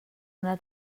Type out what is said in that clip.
una